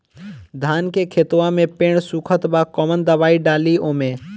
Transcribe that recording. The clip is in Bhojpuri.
धान के खेतवा मे पेड़ सुखत बा कवन दवाई डाली ओमे?